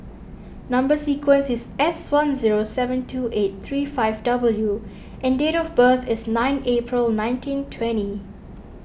Number Sequence is S one zero seven two eight three five W and date of birth is nine April nineteen twenty